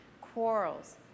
Quarrels